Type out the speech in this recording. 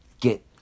get